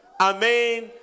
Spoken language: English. Amen